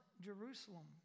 Jerusalem